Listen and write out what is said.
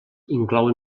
inclouen